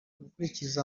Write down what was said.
gukurikiza